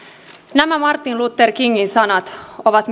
nämä martin luther kingin sanat ovat